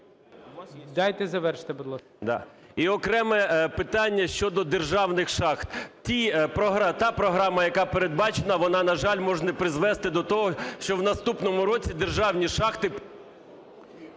Дайте завершити, будь ласка,